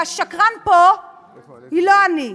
והשקרן פה הוא לא אני.